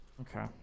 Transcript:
Okay